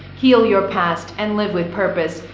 heal your past and live with purpose.